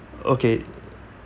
okay